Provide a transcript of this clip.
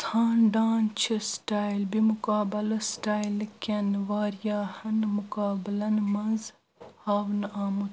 ژھانٛڈان چھِ سٹایل بہِ مُقابلس سٹایل کٮ۪ن واریٛاہَن مُقابلَن مَنٛز ہاونہٕ آمُت